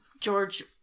george